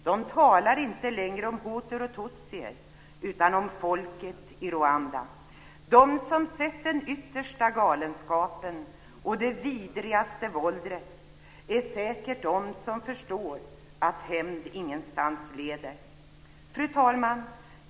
De talar inte längre om hutuer och tutsier, utan om folket i Rwanda. De som sett den yttersta galenskapen och det vidrigaste våldet är säkert de som förstår att hämnd ingenstans leder. Fru talman!